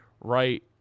right